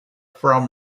from